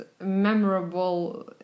memorable